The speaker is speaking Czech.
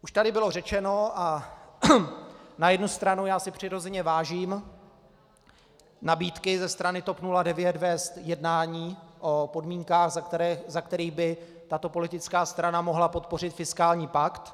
Už tady bylo řečeno a na jednu stranu já si přirozeně vážím nabídky ze strany TOP 09 vést jednání o podmínkách, za kterých by tato politická strana mohla podpořit fiskální pakt.